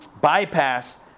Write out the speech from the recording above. bypass